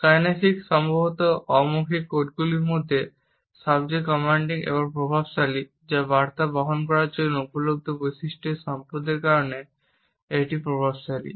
kinesics সম্ভবত অমৌখিক কোডগুলির মধ্যে সবচেয়ে কমান্ডিং এবং প্রভাবশালী যা বার্তা বহন করার জন্য উপলব্ধ বৈশিষ্ট্যের সম্পদের কারণে এটি প্রভাবশালী